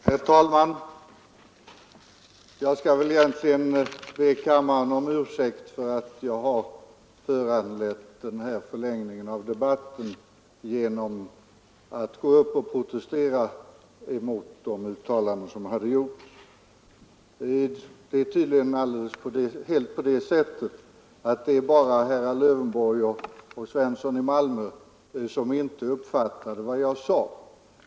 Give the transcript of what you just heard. Herr talman! Jag skall väl egentligen be kammaren om ursäkt för att jag, genom att gå upp och protestera mot de uttalanden som gjorts, föranlett en förlängning av debatten. Det är tydligen bara herrar Lövenborg och Svensson i Malmö som inte uppfattade vad jag sade.